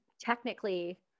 technically